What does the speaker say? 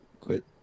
Quit